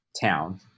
town